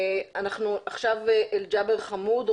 עכשיו ג'בר חמוד,